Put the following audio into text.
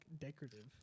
decorative